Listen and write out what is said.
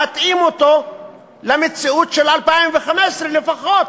להתאים אותו למציאות של 2015 לפחות,